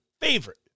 favorite